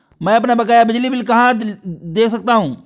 मैं अपना बकाया बिजली का बिल कहाँ से देख सकता हूँ?